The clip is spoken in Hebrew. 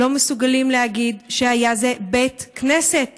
לא מסוגלים להגיד שזה היה בית כנסת